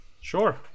sure